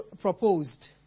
proposed